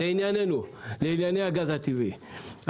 לענייני הגז הטבעי,